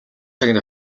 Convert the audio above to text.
цагийн